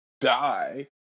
die